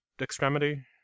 extremity